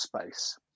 space